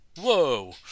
Whoa